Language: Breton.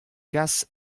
gas